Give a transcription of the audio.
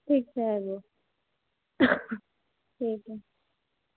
ठीक छै हूँ हूँ